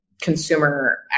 consumer